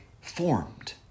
formed